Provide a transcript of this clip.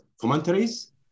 commentaries